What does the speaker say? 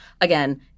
Again